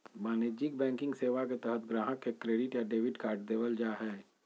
वाणिज्यिक बैंकिंग सेवा के तहत गाहक़ के क्रेडिट या डेबिट कार्ड देबल जा हय